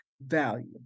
value